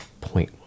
point